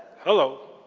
hello.